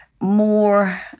more